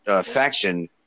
faction